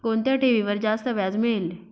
कोणत्या ठेवीवर जास्त व्याज मिळेल?